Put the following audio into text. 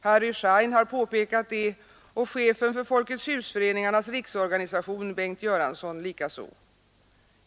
Harry Schein har påpekat detta och chefen för Folkets husföreningarnas riksorganisation, Bengt Göransson, likaså.